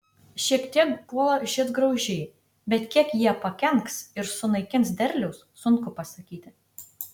šiek tiek puola žiedgraužiai bet kiek jie pakenks ir sunaikins derliaus sunku pasakyti